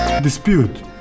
dispute